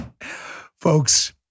Folks